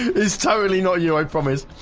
it's totally not you i promise